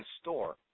store